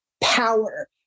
power